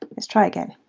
let's try again,